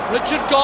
Richard